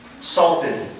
salted